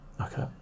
Okay